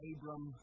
Abram